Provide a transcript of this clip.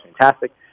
fantastic